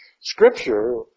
Scripture